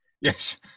Yes